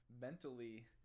mentally